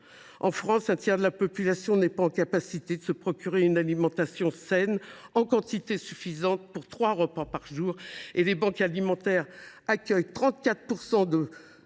En France, un tiers de la population n’est pas en mesure de se procurer une alimentation saine en quantité suffisante pour trois repas par jour ; les banques alimentaires accueillent 34 % de